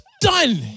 done